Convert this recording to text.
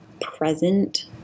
present